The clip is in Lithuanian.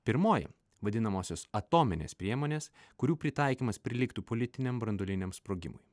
pirmoji vadinamosios atominės priemonės kurių pritaikymas prilygtų politiniam branduoliniam sprogimui